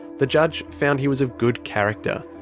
the judge found he was of good character.